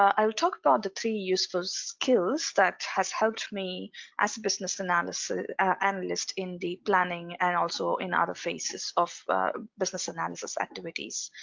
i will talk about the three useful skills, that has helped me as a business analyst in the planning and also in other phases of business analysis activities.